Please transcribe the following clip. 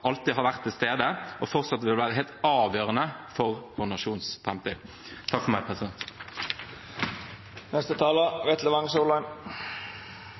alltid har vært til stede og fortsatt vil være helt avgjørende for